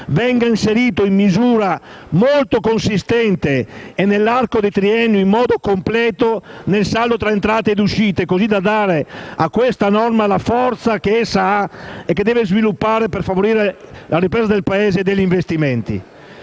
venga inserito in misura molto consistente, e nell'arco del triennio in modo completo, nel saldo tra entrate e uscite, così da dare a questa norma la forza che essa deve sviluppare per favorire la ripresa del Paese e degli investimenti.